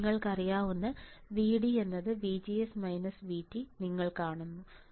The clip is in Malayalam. ഇപ്പോൾ നിങ്ങൾക്കറിയാവുന്ന VD VGS VT നിങ്ങൾ കാണുന്നു